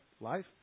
life